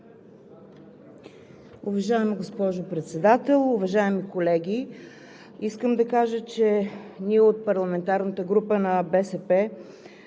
Уважаема госпожо Председател, уважаеми колеги! Искам да кажа, че ние от парламентарната група на БСП,